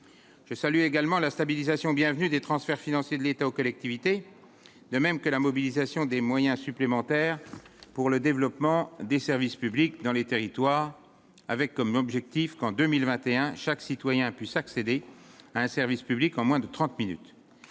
Je salue également la stabilisation bienvenue des transferts financiers de l'État aux collectivités, de même que la mobilisation des moyens supplémentaires pour le développement des services publics dans les territoires, avec comme objectif qu'en 2021 chaque citoyen puisse accéder à un service public en moins de 30 minutes